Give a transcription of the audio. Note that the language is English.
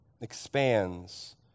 expands